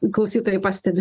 klausytojai pastebi